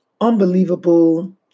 unbelievable